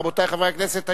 רבותי חברי הכנסת,